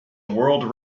world